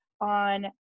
on